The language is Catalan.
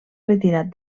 retirat